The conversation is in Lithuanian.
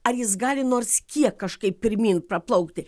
ar jis gali nors kiek kažkaip pirmyn praplaukti